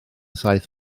saith